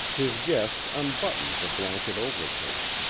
his guest unbuttoned the blanket overcoat.